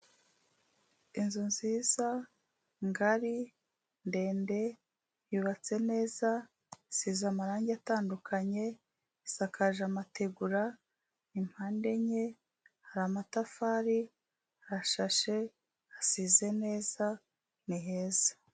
Inzu nziza ngari ndende, yubatse neza, isize amarangi atandukanye, isakaje amategura, impande enye hari amatafari hashashe, asize neza, ni heza.